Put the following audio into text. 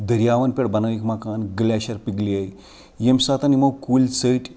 دٔریاوَن پٮ۪ٹھ بَنٲوِکھ مکان گٕلیشر پِگلے ییٚمہِ ساتہٕ یِمو کُلۍ ژٔٹۍ